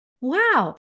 wow